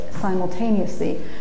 simultaneously